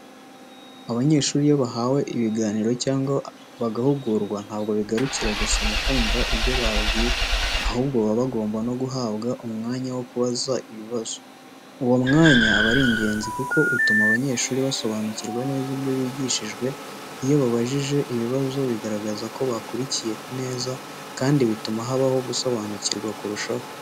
Abanyeshuri iyo bahawe ibiganiro cyangwa bagahugurwa, ntabwo bigarukira gusa mu kumva ibyo babwiwe, ahubwo baba bagomba no guhabwa umwanya wo kubaza ibibazo. Uwo mwanya uba ari ingenzi kuko utuma abanyeshuri basobanukirwa neza ibyo bigishijwe. Iyo babajije ibibazo, bigaragaza ko bakurikiye neza, kandi bituma habaho gusobanukirwa kurushaho.